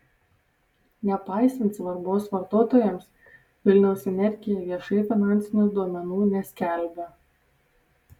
nepaisant svarbos vartotojams vilniaus energija viešai finansinių duomenų neskelbia